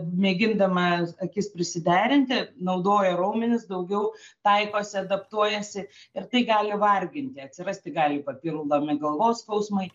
mėgindama akis prisiderinti naudoja raumenis daugiau taikosi adaptuojasi ir tai gali varginti atsirasti gali papildomi galvos skausmai